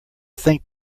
think